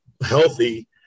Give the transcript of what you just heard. healthy